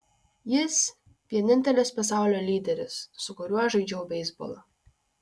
jis vienintelis pasaulio lyderis su kuriuo žaidžiau beisbolą